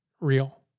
real